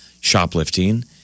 shoplifting